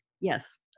Yes